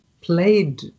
played